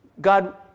God